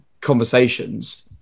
conversations